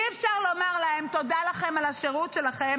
אי-אפשר לומר להם: תודה לכם על השירות שלכם,